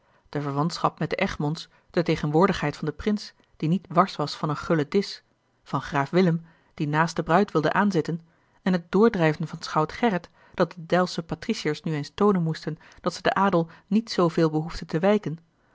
de verwantschap met de egmonds de tegenwoordigheid van den prins die niet wars was van een gullen disch van graaf willem die naast de bruid wilde aanzitten en het doordrijven van schout gerrit dat de delftsche patriciërs nu eens toonen moesten dat ze den adel niet zooveel behoefden te wijken